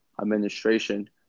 administration